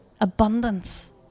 abundance